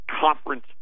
conference